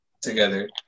together